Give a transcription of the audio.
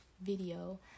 video